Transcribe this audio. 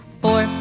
four